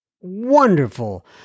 wonderful